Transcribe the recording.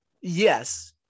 yes